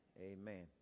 Amen